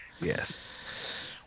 Yes